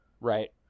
Right